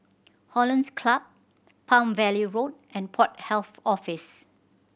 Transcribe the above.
Hollandse Club Palm Valley Road and Port Health Office